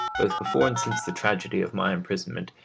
both before and since the tragedy of my imprisonment,